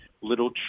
little